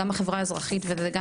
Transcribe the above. תהיה